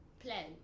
plan